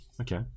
Okay